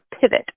pivot